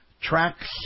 Tracks